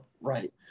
right